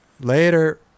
Later